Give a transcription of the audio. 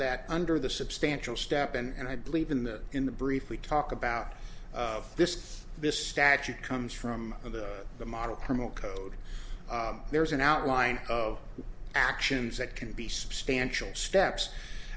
that under the substantial step and i believe in the in the brief we talk about this this statute comes from the model criminal code there is an outline of actions that can be substantial steps